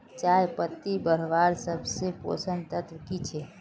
चयपत्ति बढ़वार सबसे पोषक तत्व की छे?